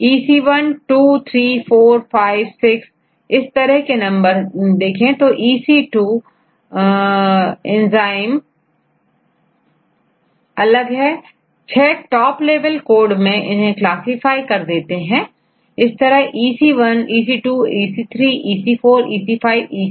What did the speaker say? enzyme की अलग अलग क्लास है जिन्हें 6टॉप लेवल कोड में क्लासिफाई किया है EC 1 EC 2 EC 3 EC 4 EC 5 EC6 है